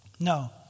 No